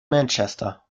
manchester